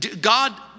God